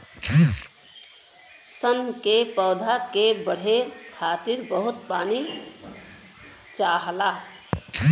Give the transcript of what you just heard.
सन के पौधा के बढ़े खातिर बहुत पानी चाहला